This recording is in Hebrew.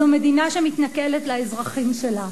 זו מדינה שמתנכלת לאזרחים שלה,